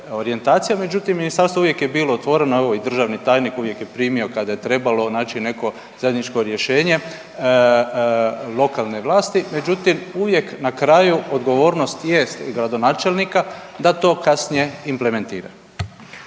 orijentacija međutim ministarstvo uvijek je bilo otvoreno, evo i državni tajnik uvijek je primio kada je trebalo naći neko zajedničko rješenje lokalne vlasti. Međutim, uvijek na kraju odgovornost jest gradonačelnika da to kasnije implementira.